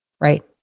right